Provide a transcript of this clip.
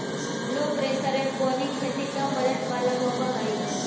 लो pressure aeroponic खेती कम budget वाला होव हई